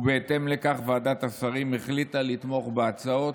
ובהתאם לכך, ועדת השרים החליטה לתמוך בהצעות.